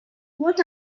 what